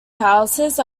houses